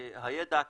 הידע קיים,